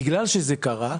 בגלל שזה קרה,